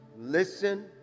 listen